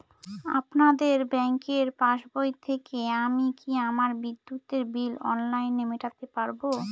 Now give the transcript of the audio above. আপনাদের ব্যঙ্কের পাসবই থেকে আমি কি আমার বিদ্যুতের বিল অনলাইনে মেটাতে পারবো?